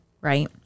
right